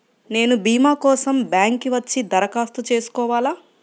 నేను భీమా కోసం బ్యాంక్కి వచ్చి దరఖాస్తు చేసుకోవాలా?